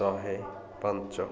ଶହେ ପାଞ୍ଚ